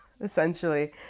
essentially